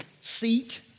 seat